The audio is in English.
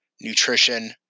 nutrition